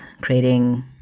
creating